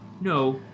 No